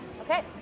Okay